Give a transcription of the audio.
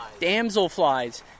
Damselflies